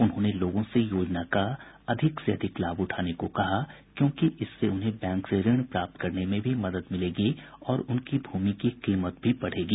उन्होंने लोगों से योजना का अधिक से अधिक लाभ उठाने को कहा क्योंकि इससे उन्हें बैंक से ऋण प्राप्त करने में भी मदद मिलेगी और उनकी भूमि की कीमत भी बढ़ेगी